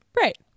Right